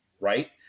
Right